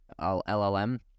LLM